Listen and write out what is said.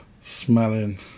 smelling